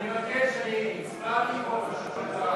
אני מבקש, אני הצבעתי פה פשוט,